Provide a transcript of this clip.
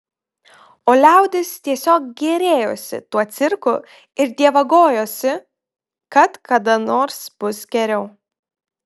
o liaudis tiesiog gėrėjosi tuo cirku ir dievagojosi kad kada nors bus geriau